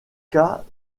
cas